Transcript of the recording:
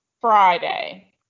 friday